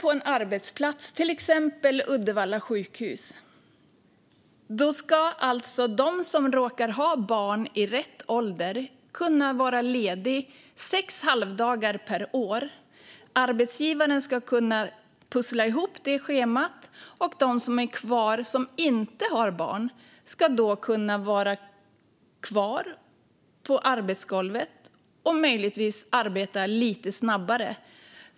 På en arbetsplats som till exempel Uddevalla sjukhus ska alltså de som råkar ha barn i rätt ålder kunna vara lediga sex halvdagar per år. Arbetsgivaren ska kunna pussla ihop det schemat, och de som är kvar och som inte har barn ska då kunna vara kvar på arbetsgolvet och möjligtvis arbeta lite snabbare.